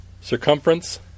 circumference